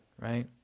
right